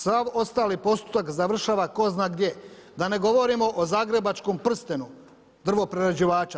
Sav ostali postotak završava tko zna gdje, da ne govorimo o zagrebačkom prstenu drvoprerađivača.